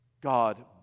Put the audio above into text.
God